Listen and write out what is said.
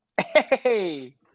hey